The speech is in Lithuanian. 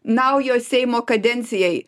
naujo seimo kadencijai